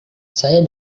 saya